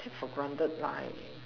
take for granted why